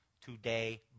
today